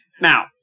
Now